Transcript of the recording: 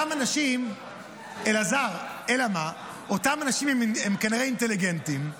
אלעזר, אותם אנשים הם כנראה אינטליגנטים,